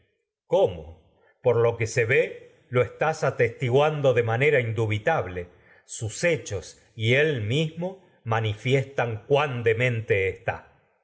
cómo por lo que se ve lo estás y atestiguando mismo manera cuán indubitable está sus hechos él manifiestan demente